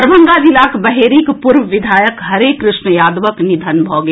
दभरंगा जिलाक बहेड़ीक पूर्व विधायक हरे कृष्ण यादवक निधन भऽ गेल